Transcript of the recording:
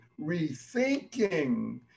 rethinking